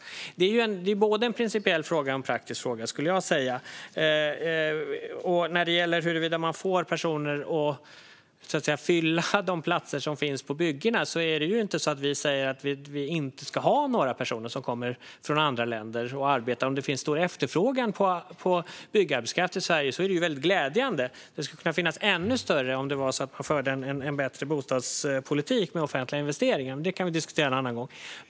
Jag skulle säga att det är både en principiell fråga och en praktisk fråga. När det gäller huruvida man får personer att fylla de platser som finns på byggena säger vi ju inte att vi inte ska ha några personer som kommer från andra länder och arbetar. Om det finns stor efterfrågan på byggarbetskraft i Sverige är det glädjande. Det skulle kunna finnas ännu större arbetskraft om vi förde en bättre bostadspolitik med offentliga investeringar, men det kan vi diskutera en annan gång.